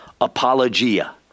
Apologia